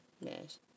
yes